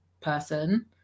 person